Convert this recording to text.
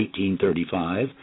1835